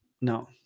No